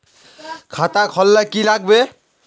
खाता खोल ले की लागबे?